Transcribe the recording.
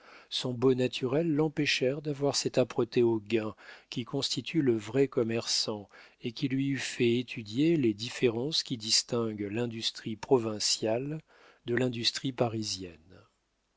son beau naturel l'empêchèrent d'avoir cette âpreté au gain qui constitue le vrai commerçant et qui lui eût fait étudier les différences qui distinguent l'industrie provinciale de l'industrie parisienne